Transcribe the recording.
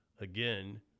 again